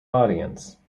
audience